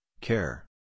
care